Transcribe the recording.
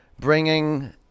bringing